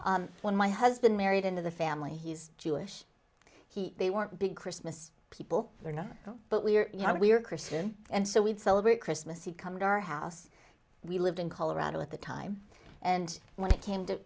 when my husband married into the family he's jewish he they weren't big christmas people or not but we're you know we're christian and so we celebrate christmas he'd come to our house we lived in colorado at the time and when it came to